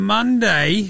Monday